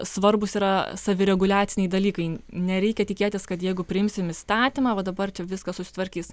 svarbūs yra savireguliaciniai dalykai nereikia tikėtis kad jeigu priimsim įstatymą va dabar čia viskas susitvarkys